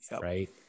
Right